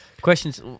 Questions